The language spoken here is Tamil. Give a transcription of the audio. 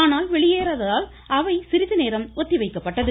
ஆனால் வெளியேறாததால் அவை சிறிது நேரம் ஒத்திவைக்கப்பட்டது